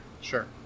Sure